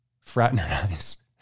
fraternize